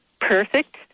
perfect